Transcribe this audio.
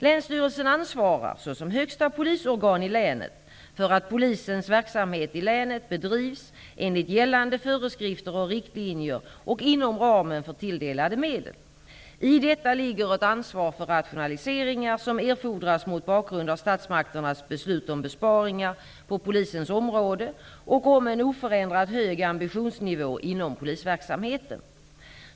Länsstyrelsen ansvarar såsom högsta polisorgan i länet för att polisens verksamhet i länet bedrivs enligt gällande föreskrifter och riktlinjer och inom ramen för tilldelade medel. I detta ligger ett ansvar för de rationaliseringar som erfordras mot bakgrund av statsmakternas beslut om besparingar på polisens område och om en oförändrat hög ambitionsnivå inom polisverksamheten.